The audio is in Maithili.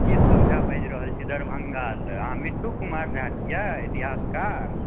केशव झा बाजि रहल छी दरभङ्गासँ अहाँ मिट्ठू कुमार झा छियै इतिहासकार